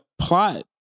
plot